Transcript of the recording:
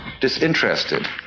disinterested